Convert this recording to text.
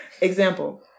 Example